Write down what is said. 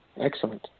Excellent